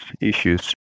issues